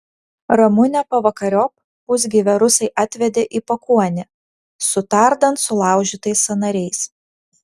ramunę pavakariop pusgyvę rusai atvedė į pakuonį su tardant sulaužytais sąnariais